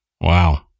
Wow